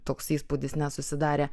toks įspūdis nesusidarė